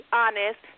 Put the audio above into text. honest